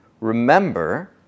Remember